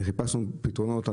חיפשנו פתרונות.